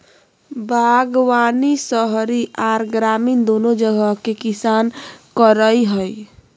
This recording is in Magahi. बागवानी शहरी आर ग्रामीण दोनो जगह के किसान करई हई,